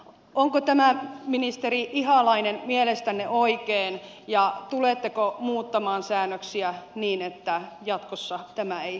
onko tämä ministeri ihalainen mielestänne oikein ja tuletteko muuttamaan säännöksiä niin että jatkossa tämä ei toistuisi